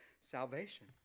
salvation